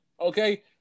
Okay